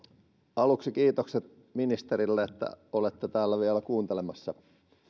aluksi kiitokset ministerille että olette täällä vielä kuuntelemassa